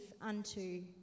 unto